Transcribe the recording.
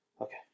Okay